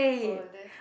oh then